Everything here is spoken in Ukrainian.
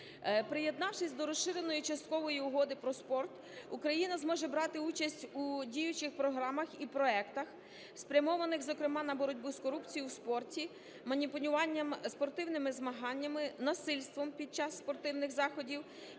Приєднавшись до Розширеної часткової угоди про спорт, Україна може брати участь у діючих програмах і проектах, спрямованих, зокрема, на боротьбу з корупцією у спорті, маніпулюванням спортивними змаганнями, насильством під час спортивних заходів,